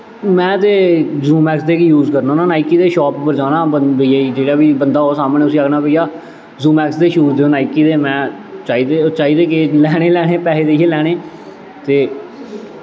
में ते जोमैक्स दे गै यूज़ करना होन्ना नाईकी दे शॉप पर जाना भाइये गी बंदा जेह्ड़ा बी होऐ सामनै उस्सी आखना जोमैक्स दे शूज देओ नाईकी दे मैं चाहिदे चाहिदे केह् लैने गै लैने पैसे देइयै लैने ते